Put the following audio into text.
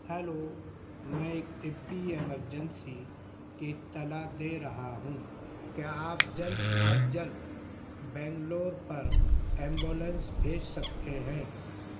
hello میں ایک طبی ایمرجنسی کی اطلاع دے رہا ہوں کیا آپ جلد از جلد بنگلور پر ایمبولینس بھیج سکتے ہیں